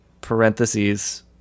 parentheses